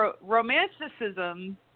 romanticism